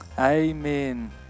Amen